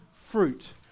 fruit